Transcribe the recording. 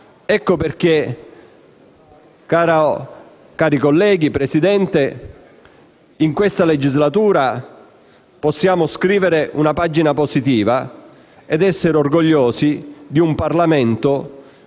Ecco perché, cari colleghi, signora Presidente, in questa legislatura possiamo scrivere una pagina positiva ed essere orgogliosi di un Parlamento